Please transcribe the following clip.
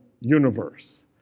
universe